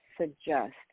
suggest